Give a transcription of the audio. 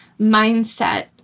mindset